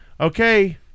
Okay